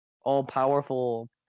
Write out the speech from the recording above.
all-powerful